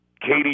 Katie